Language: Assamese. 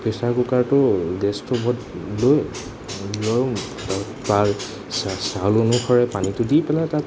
প্ৰেচাৰ কুকাৰটো গেছটো বহুত ল' ল' পা চাউল অনুসৰে পানীটো দি পেলাই তাত